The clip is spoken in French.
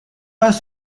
pas